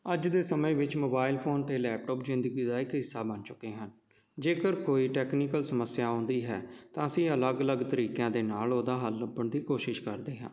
ਅੱਜ ਦੇ ਸਮੇਂ ਵਿੱਚ ਮੋਬਾਇਲ ਫੋਨ ਅਤੇ ਲੈਪਟਾਪ ਜ਼ਿੰਦਗੀ ਦਾ ਇੱਕ ਹਿੱਸਾ ਬਣ ਚੁੱਕੇ ਹਨ ਜੇਕਰ ਕੋਈ ਟੈਕਨੀਕਲ ਸਮੱਸਿਆ ਆਉਂਦੀ ਹੈ ਤਾਂ ਅਸੀਂ ਅਲੱਗ ਅਲੱਗ ਤਰੀਕਿਆਂ ਦੇ ਨਾਲ ਉਹਦਾ ਹੱਲ ਲੱਭਣ ਦੀ ਕੋਸ਼ਿਸ਼ ਕਰਦੇ ਹਾਂ